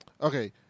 okay